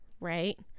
right